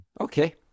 Okay